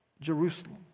Jerusalem